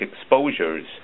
exposures